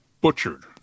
butchered